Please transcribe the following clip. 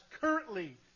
currently